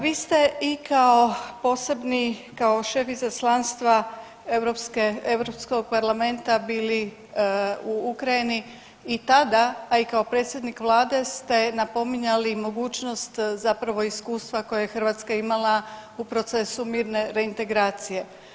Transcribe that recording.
Vi ste i kao posebni, kao šef izaslanstva Europskog parlamenta bili u Ukrajini i tada, a i kao predsjednik vlade ste napominjali mogućnost zapravo iskustva koje je Hrvatska imala u procesu mirne reintegracije.